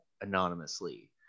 anonymously